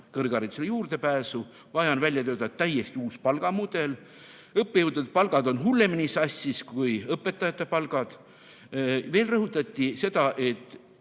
kõrgharidusele juurdepääsu, vaja on välja töötada täiesti uus palgamudel. Õppejõudude palgad on hullemini sassis kui õpetajate palgad. Veel rõhutati seda,